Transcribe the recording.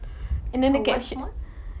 what what